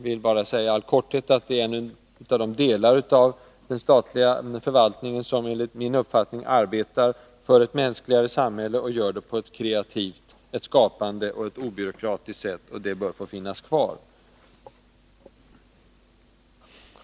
Det är en av de delar av den statliga förvaltningen som arbetar för ett mänskligare samhälle och gör det på ett skapande och obyråkratiskt sätt. Det bör få finnas kvar.